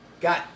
got